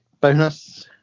Bonus